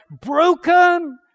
broken